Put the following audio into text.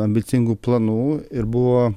ambicingų planų ir buvo